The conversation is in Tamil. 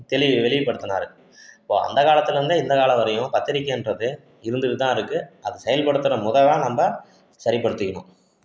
தெளிய வெளிப்படுத்தினாரு இப்போது அந்த காலத்தில் இருந்து இந்த காலம் வரையும் பத்திரிக்கைன்றது இருந்துகிட்டு தான் இருக்குது அது செயல்படுத்தின மொறை தான் நம்ப சரிப்படுத்திக்கணும்